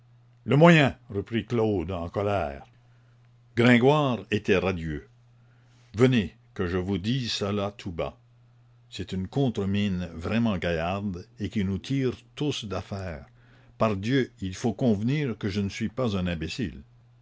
le moyen reprit claude en colère gringoire était radieux venez que je vous dise cela tout bas c'est une contre mine vraiment gaillarde et qui nous tire tous d'affaire pardieu il faut convenir que je ne suis pas un imbécile